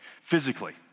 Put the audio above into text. physically